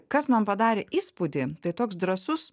kas man padarė įspūdį tai toks drąsus